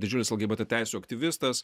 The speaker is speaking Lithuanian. didžiulis lgbt teisių aktyvistas